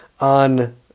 on